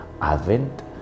Advent